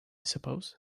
suppose